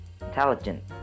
intelligent